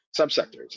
subsectors